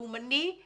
לאומני,